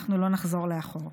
אנחנו לא נחזור לאחור.